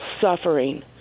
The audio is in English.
suffering